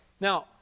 Now